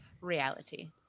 reality